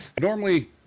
Normally